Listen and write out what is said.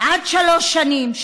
עד שלוש שנים,